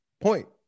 point